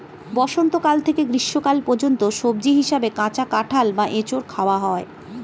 বসন্তকাল থেকে গ্রীষ্মকাল পর্যন্ত সবজি হিসাবে কাঁচা কাঁঠাল বা এঁচোড় খাওয়া হয়